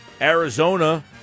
Arizona